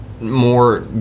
more